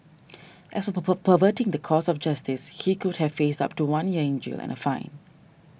as for perverting the course of justice he could have faced up to one year in jail and a fine